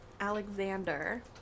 Alexander